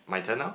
my turn now